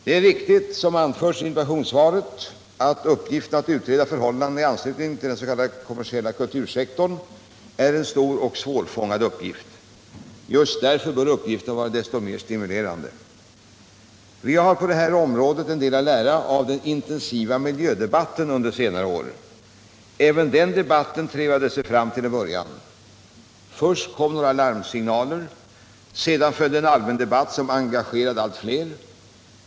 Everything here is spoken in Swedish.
Det är riktigt — som anförs i interpellationssvaret — att uppgiften att utreda förhållandena i anslutning till den s.k. kommersiella kultursektorn är en stor och svårfångad uppgift. Just därför bör uppgiften vara desto mer stimulerande. Vi har på detta område en del att lära av den intensiva miljödebatten under senare år. Även den debatten trevade sig fram till en början. Först kom några larmsignaler. Sedan följde en allmän debatt som engagerade allt fler.